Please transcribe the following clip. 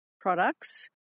products